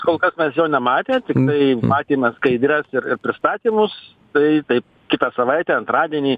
kol kas mes jo nematę tiktai matėme skaidres ir ir pristatymus tai taip kitą savaitę antradienį